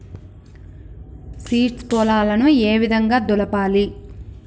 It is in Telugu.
సీడ్స్ పొలాలను ఏ విధంగా దులపాలి?